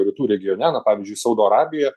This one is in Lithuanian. rytų regione na pavyzdžiui saudo arabija